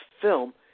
film